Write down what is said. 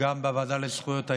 גם בוועדה לזכויות הילד,